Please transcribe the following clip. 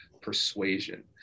persuasion